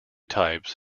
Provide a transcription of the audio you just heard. types